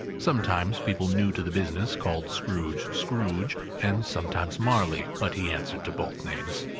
sometimes people new to the business called scrooge scrooge, and sometimes marley, but he answered to both names.